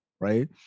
right